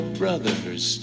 brothers